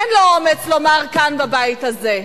אין לו אומץ לומר כאן, בבית הזה.